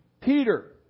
Peter